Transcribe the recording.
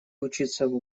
учиться